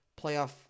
playoff